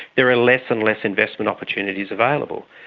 there are less and less investment opportunities available.